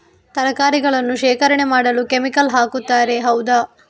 ತರಕಾರಿಗಳನ್ನು ಶೇಖರಣೆ ಮಾಡಲು ಕೆಮಿಕಲ್ ಹಾಕುತಾರೆ ಹೌದ?